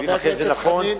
חבר הכנסת חנין.